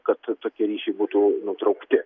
kad tokie ryšiai būtų nutraukti